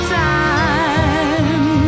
time